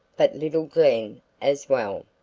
but little glen as well.